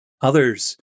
Others